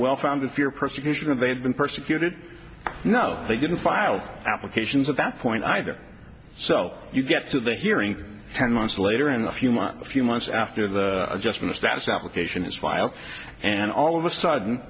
well founded fear of persecution and they had been persecuted no they didn't file applications at that point either so you get to the hearing ten months later in the few months few months after the adjustment of status application is filed and all of a sudden